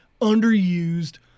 underused